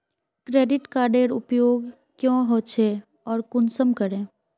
Credit कार्डेर उपयोग क्याँ होचे आर कुंसम करे?